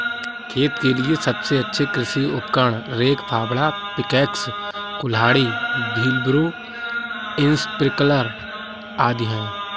खेत के लिए सबसे अच्छे कृषि उपकरण, रेक, फावड़ा, पिकैक्स, कुल्हाड़ी, व्हीलब्रो, स्प्रिंकलर आदि है